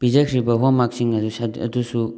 ꯄꯤꯖꯈ꯭ꯔꯤꯕ ꯍꯣꯝꯋꯥꯛꯁꯤꯡ ꯑꯗꯨꯁꯨ